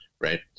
Right